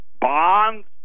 bonds